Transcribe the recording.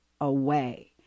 away